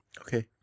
Okay